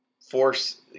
Force